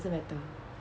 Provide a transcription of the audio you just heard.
doesn't matter